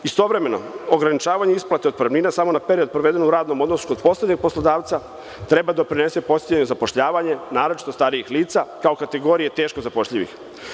Istovremeno ograničavanje isplate otpremnina samo na period proveden u radnom odnosu kod poslednjeg poslodavca treba da doprinese podsticanju zapošljavanja, naročito starijih lica, kao kategorije teško zapošljivih.